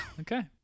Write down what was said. Okay